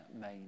main